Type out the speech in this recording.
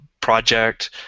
project